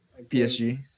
PSG